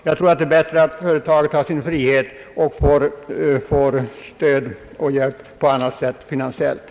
Jag tror det är bättre att företaget har sin frihet och får finansiellt stöd på annat sätt.